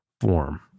form